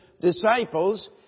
disciples